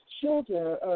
children